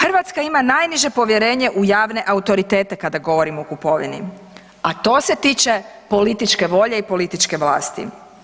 Hrvatska ima najniže povjerenje u javne autoritete kada govorimo o kupovini, a to se tiče političke volje i političke vlasti.